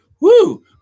Woo